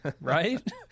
right